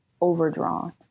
Overdrawn